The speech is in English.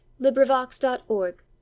LibriVox.org